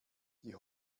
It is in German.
die